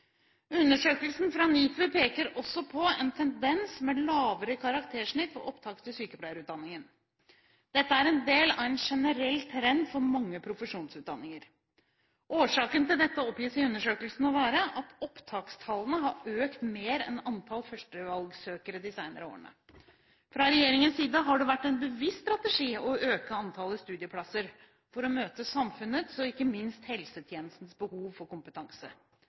Undersøkelsen fra NIFU peker også på en tendens med lavere karaktersnitt ved opptak til sykepleierutdanningen. Dette er en del av en generell trend for mange profesjonsutdanninger. Årsaken til dette oppgis i undersøkelsen å være at opptakstallene har økt mer enn antall førstevalgssøkere de senere årene. Fra regjeringens side har det vært en bevisst strategi å øke antallet studieplasser for å møte samfunnets og ikke minst helsetjenestens behov for kompetanse.